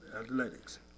athletics